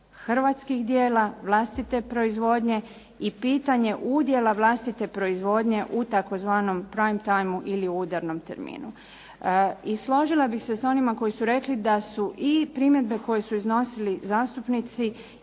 hrvatskih djela, vlastite proizvodnje i pitanje udjela vlastite proizvodnje u tzv. prime timeu ili udarnom terminu. I složila bih se s onima koji su rekli da su i primjedbe koje su iznosili zastupnici